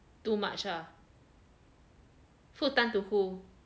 too much lah 负担 to who